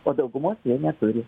o daugumos jie neturi